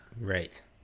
Right